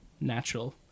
natural